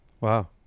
Wow